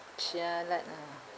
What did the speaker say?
jialat ah